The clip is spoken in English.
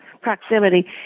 proximity